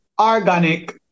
organic